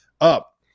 up